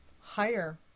higher